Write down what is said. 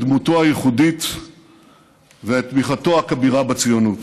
דמותו הייחודית ואת תמיכתו הכבירה בציונות.